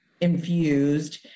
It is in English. infused